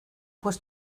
pues